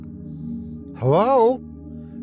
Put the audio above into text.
Hello